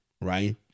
right